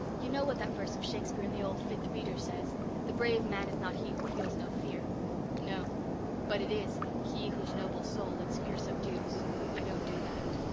you know what that verse of shakespeare in the old fifth reader says the brave man is not he who feels no fear no but it is he whose noble soul its fear subdues i don't do that.